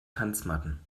tanzmatten